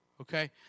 Okay